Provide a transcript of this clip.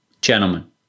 gentlemen